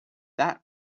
that